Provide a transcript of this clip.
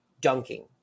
dunking